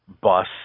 bus